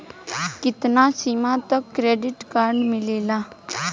कितना सीमा तक के क्रेडिट कार्ड मिलेला?